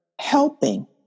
helping